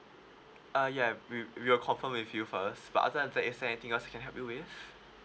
uh yeah we we will confirm with you first but other than that is there anything else I can help you with